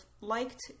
liked